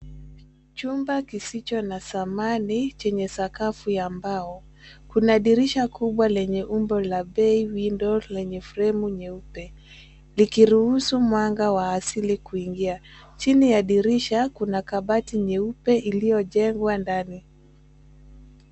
Chumba kisicho na samani chenye sakafu ya mbao. Kuna dirisha kubwa lenye umbo la bay window lenye fremu nyeupe likiruhusu mwanga wa asili kuingia. Chini ya dirisha kuna kabati nyeupe iliyojengwa ndani.